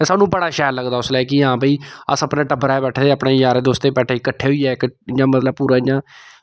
ते सानूं बड़ा शैल लगदा उसलै कि हां भई अस अपने टब्बरै च बैठे दे अस अपने यारें दोस्तें च बैठे दे किट्ठे होइयै इ'यां मतलब पूरा इ'यां